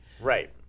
right